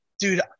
Dude